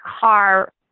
car